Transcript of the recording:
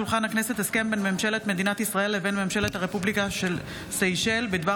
הסכם בין ממשלת מדינת ישראל לבין ממשלת הרפובליקה של סיישל בדבר